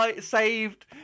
saved